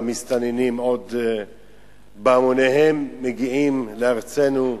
והמסתננים עוד בהמוניהם מגיעים לארצנו,